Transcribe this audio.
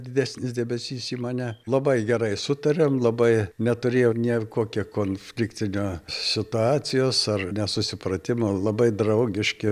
didesnis dėmesys į mane labai gerai sutariam labai neturėjau nie kokia konfliktinio situacijos ar nesusipratimo labai draugiški